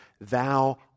thou